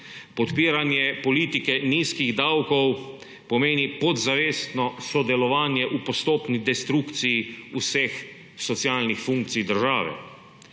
Podpiranje politike nizkih davkov pomeni podzavestno sodelovanje v postopni destrukciji vseh socialnih funkcij države.